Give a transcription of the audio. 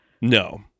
No